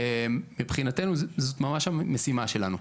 מבחינתנו זו ממש המשימה שלנו.